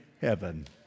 heaven